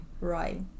Right